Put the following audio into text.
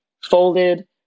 folded